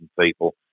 people